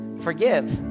forgive